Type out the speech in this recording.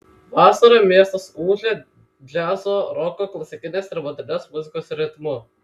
vasarą miestas ūžia džiazo roko klasikinės ir modernios muzikos ritmu